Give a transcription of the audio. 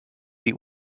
die